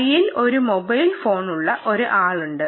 കയ്യിൽ ഒരു മൊബൈൽ ഫോണുള്ള ഒരു ആളുണ്ട്